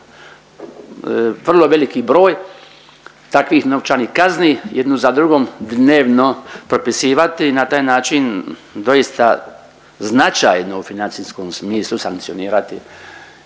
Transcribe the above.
vrlo veliki broj takvih novčanih kazni jednu za drugom dnevno propisivati, na taj način doista značajnom financijskom smislu sankcionirati